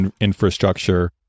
infrastructure